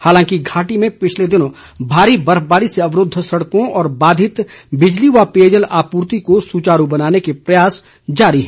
हालांकि घाटी में पिछले दिनों भारी बर्फबारी से अवरूद्ध सड़कों और बाधित बिजली व पेयजल आपूर्ति को सुचारू बनाने के प्रयास जारी है